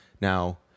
now